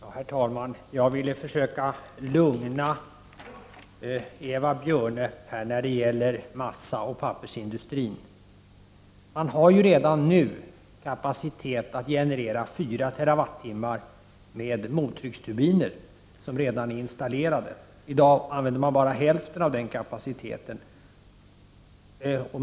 Herr talman! Jag vill försöka lugna Eva Björne när det gäller massaoch pappersindustrin. Man har redan nu kapacitet att generera 4 TWh med mottrycksturbiner som är installerade. I dag använder man bara hälften av den kapaciteten.